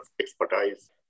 expertise